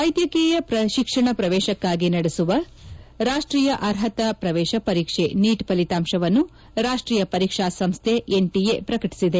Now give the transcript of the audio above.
ವೈದ್ಯಕೀಯ ಶಿಕ್ಷಣ ಪ್ರವೇಶಕ್ಕಾಗಿ ನಡೆಸುವ ರಾಷ್ಷೀಯ ಅರ್ಹತಾ ಪ್ರವೇಶ ಪರೀಕ್ಷೆ ನೀಟ್ ಫಲಿತಾಂಶವನ್ನು ರಾಷ್ಷೀಯ ಪರೀಕ್ಸಾ ಸಂಸ್ಥೆ ಎನ್ ಟ ಎ ಪ್ರಕಟಿಸಿದೆ